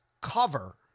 cover